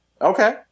Okay